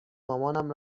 مامانم